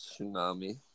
Tsunami